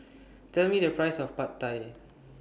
Tell Me The Price of Pad Thai